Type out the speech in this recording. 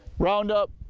round up,